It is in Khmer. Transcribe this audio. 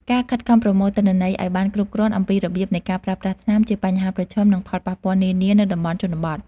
ការខិតខំប្រមូលទិន្នន័យឱ្យបានគ្រប់គ្រាន់អំពីរបៀបនៃការប្រើប្រាស់ថ្នាំ ជាបញ្ហាប្រឈម និងផលប៉ះពាល់នានានៅតំបន់ជនបទ។